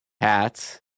hats